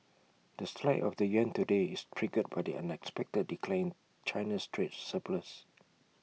the slide of the yuan today is triggered by the unexpected decline in China's trade surplus